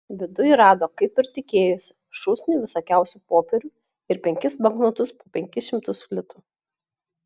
viduj rado kaip ir tikėjosi šūsnį visokiausių popierių ir penkis banknotus po penkis šimtus litų